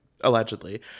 allegedly